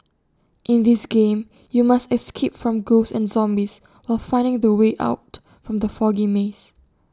in this game you must escape from ghosts and zombies while finding the way out from the foggy maze